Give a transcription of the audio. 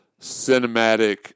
cinematic